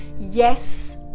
yes